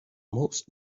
most